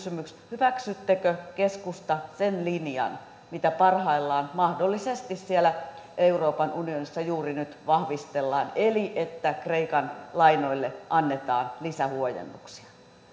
hyväksyttekö keskusta sen linjan mitä parhaillaan mahdollisesti siellä euroopan unionissa juuri nyt vahvistellaan eli että kreikan lainoille annetaan lisähuojennuksia